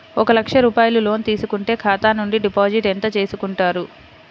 ఒక లక్ష రూపాయలు లోన్ తీసుకుంటే ఖాతా నుండి డిపాజిట్ ఎంత చేసుకుంటారు?